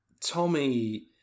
Tommy